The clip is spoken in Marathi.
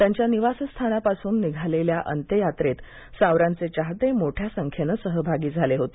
त्यांच्या निवासस्थानापासून निघालेल्या अंत्ययात्रेत सावरांचे चाहते मोठ्या संख्येनं सहभागी झाले होते